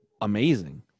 amazing